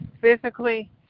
physically